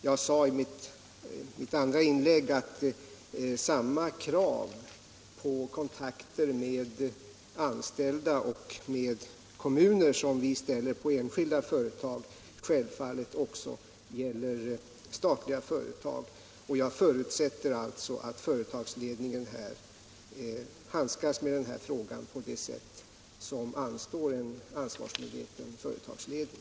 Jag sade i mitt andra inlägg att samma krav på kontakter med anställda och med kommuner som vi ställer på enskilda företag självfallet också gäller statliga företag. Jag förutsätter alltså att företagsledningen handskas med den här frågan på det sätt som anstår en ansvarsmedveten företagsledning.